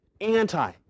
anti